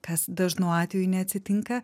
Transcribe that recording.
kas dažnu atveju neatsitinka